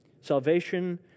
Salvation